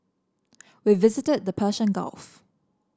we visited the Persian Gulf